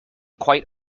quite